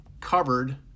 covered